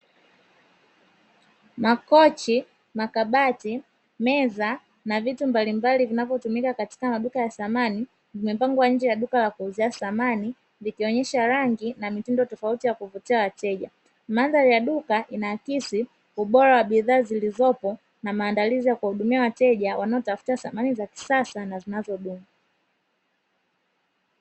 Makochi, makabati, meza na vitu mbalimbali vinavyotumika katika maduka ya samani, vimepangwa nje ya duka la kuuzia samani vikionyesha rangi na mitindo tofauti ya kuvutia wateja. Mandhari ya duka inaakisi ubora wa bidhaa zilizopo na maandalizi ya kuwahudumia wateja wanaotafuta samani za kisasa na zinazodumu.